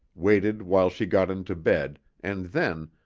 waited while she got into bed, and then,